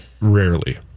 rarely